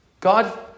God